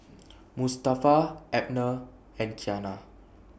Mustafa Abner and Qiana